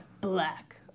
black